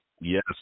Yes